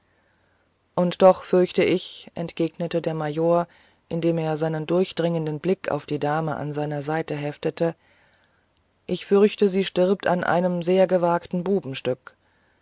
und doch fürchte ich entgegnete der major indem er seinen durchdringenden blick auf die dame an seiner seite heftete ich fürchte sie stirbt an einem sehr gewagten bubenstück